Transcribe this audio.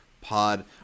Pod